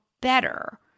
better